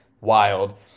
wild